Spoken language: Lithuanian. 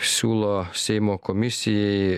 siūlo seimo komisijai